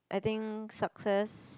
I think success